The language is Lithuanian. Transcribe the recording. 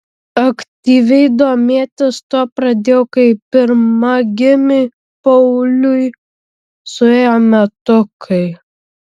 aktyviai domėtis tuo pradėjau kai pirmagimiui pauliui suėjo metukai